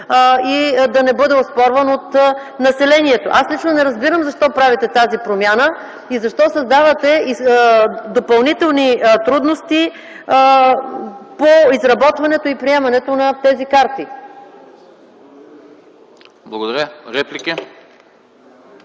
и да не бъде оспорван от населението. Аз лично не разбирам защо правите тази промяна и защо създавате допълнителни трудности по изработването и приемането на тези карти. ПРЕДСЕДАТЕЛ